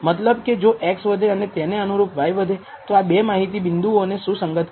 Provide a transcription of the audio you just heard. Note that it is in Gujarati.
મતલબ કે જો x વધે અને તેને અનુરૂપ y વધે તો આ 2 માહિતી બિંદુઓને સુસંગત કહેવાય